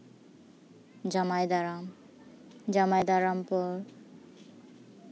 ᱡᱟᱣᱟᱭ ᱫᱟᱨᱟᱢ ᱡᱟᱣᱟᱭ ᱫᱟᱨᱟᱢ ᱯᱚᱨ